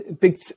big